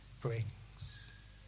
brings